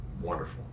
wonderful